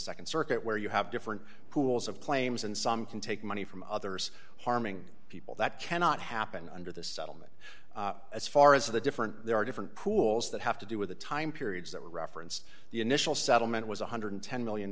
the nd circuit where you have different pools of claims and some can take money from others harming people that cannot happen under this settlement as far as the different there are different pools that have to do with the time periods that were referenced the initial settlement was one hundred and ten million